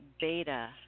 beta